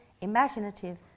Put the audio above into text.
imaginative